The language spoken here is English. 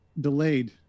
delayed